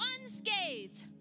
unscathed